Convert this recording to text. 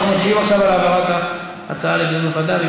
אנחנו מצביעים עכשיו על העברת ההצעה לוועדה.